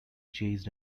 chased